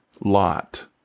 Lot